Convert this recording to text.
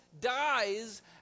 dies